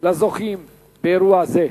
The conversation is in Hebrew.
לזוכים באירוע זה,